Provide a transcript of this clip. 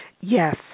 Yes